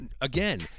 again